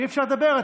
אי-אפשר לדבר,